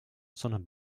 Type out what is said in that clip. sondern